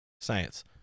Science